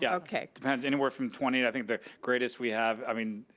yeah okay. depends, anywhere from twenty, i think the greatest we have, i mean,